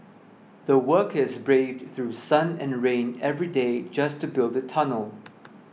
the workers braved through sun and rain every day just to build the tunnel